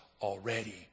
already